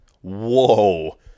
Whoa